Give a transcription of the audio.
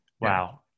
Wow